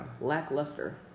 lackluster